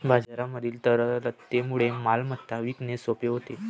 बाजारातील तरलतेमुळे मालमत्ता विकणे सोपे होते